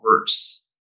worse